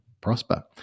prosper